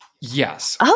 yes